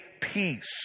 peace